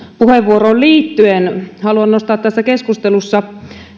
puheenvuoroon liittyen haluan nostaa tässä keskustelussa